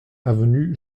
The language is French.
avenue